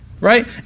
right